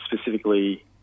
specifically